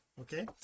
okay